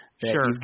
Sure